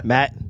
Matt